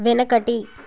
వెనకటి